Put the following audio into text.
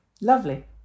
Lovely